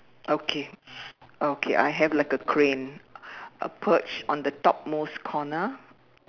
okay okay I have like a crane a perch on the top most corner